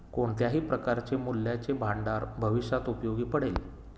कोणत्याही प्रकारचे मूल्याचे भांडार भविष्यात उपयोगी पडेल